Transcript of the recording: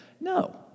No